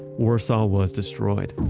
warsaw was destroyed.